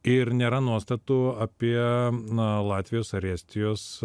ir nėra nuostatų apie na latvijos ar estijos